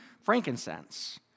frankincense